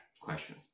question